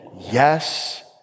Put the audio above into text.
Yes